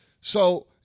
So-